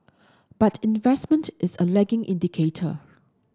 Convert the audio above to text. but investment is a lagging indicator